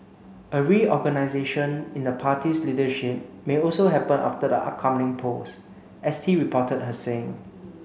a reorganisation in the party's leadership may also happen after the upcoming polls S T reported her saying